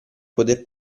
poter